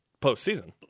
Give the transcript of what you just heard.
postseason